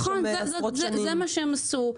נכון, זה מה שהם עשו.